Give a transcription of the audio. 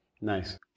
Nice